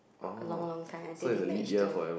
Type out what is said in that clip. a long long time until they managed to